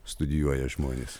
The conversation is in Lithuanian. studijuoja žmonės